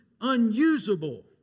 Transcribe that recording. unusable